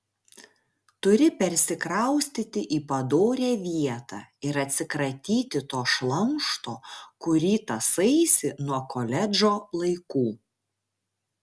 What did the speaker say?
turi persikraustyti į padorią vietą ir atsikratyti to šlamšto kurį tąsaisi nuo koledžo laikų